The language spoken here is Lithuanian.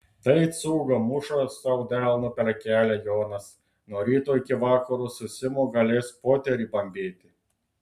tai cūga muša sau delnu per kelią jonas nuo ryto iki vakaro su simu galės poterį bambėti